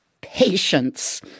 Patience